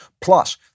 plus